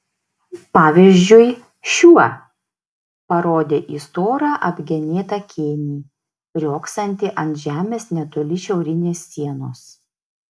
pavyzdžiui šiuo parodė į storą apgenėtą kėnį riogsantį ant žemės netoli šiaurinės sienos